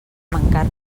mancar